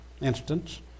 instance